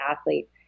athlete